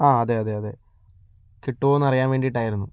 ആ അതെ അതെ അതെ കിട്ടുമോ എന്നറിയാൻ വേണ്ടിയിട്ടായിരുന്നു